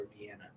Vienna